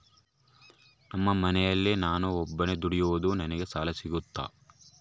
ನಮ್ಮ ಮನೆಯಲ್ಲಿ ನಾನು ಒಬ್ಬನೇ ದುಡಿಯೋದು ನನಗೆ ಸಾಲ ಸಿಗುತ್ತಾ?